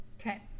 Okay